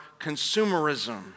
consumerism